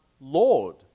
Lord